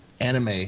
anime